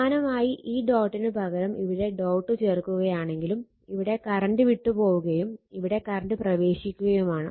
സമാനമായി ഈ ഡോട്ടിനു പകരം ഇവിടെ ഡോട്ട് ചേർക്കുകയാണെങ്കിലും ഇവിടെ കറണ്ട് വിട്ട് പോവുകയും ഇവിടെ കറണ്ട് പ്രവേശിക്കുകയുമാണ്